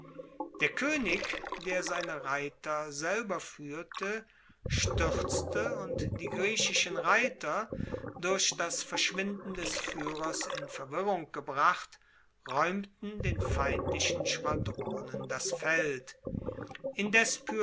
der koenig der seine reiter selber fuehrte stuerzte und die griechischen reiter durch das verschwinden des fuehrers in verwirrung gebracht raeumten den feindlichen schwadronen das feld indes